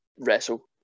wrestle